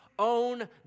own